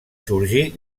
sorgir